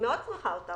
מאוד צריכה אותם.